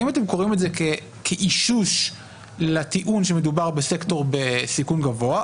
האם אתם קוראים את זה כאישוש לטיעון שמדובר בסקטור בסיכון גבוה,